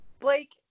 Blake